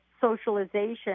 socialization